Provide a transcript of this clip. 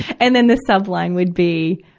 and then the subline would be,